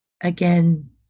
again